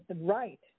right